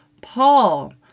Paul